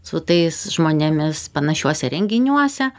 su tais žmonėmis panašiuose renginiuose